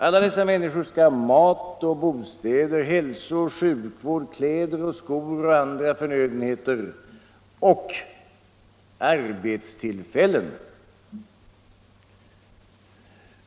Alla dessa människor skall ha mat och bostäder, hälsooch sjukvård, kläder och skor och andra förnödenheter — och arbetstillfällen.